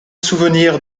souvenir